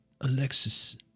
Alexis